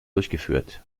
durchgeführt